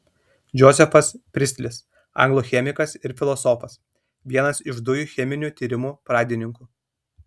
džozefas pristlis anglų chemikas ir filosofas vienas iš dujų cheminių tyrimų pradininkų